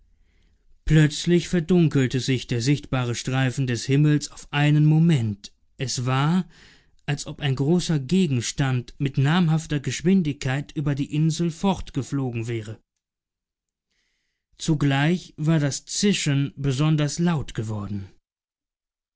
plötzlich verdunkelte sich der sichtbare streifen des himmels auf einen moment es war als ob ein großer gegenstand mit namhafter geschwindigkeit über die insel fortgeflogen wäre zugleich war das zischen besonders laut geworden